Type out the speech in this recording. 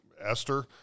Esther